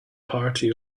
party